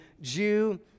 Jew